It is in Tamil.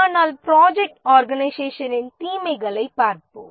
ஆனால் ப்ராஜெக்ட் ஆர்கனைசேஷனின் தீமைகளைப் பார்ப்போம்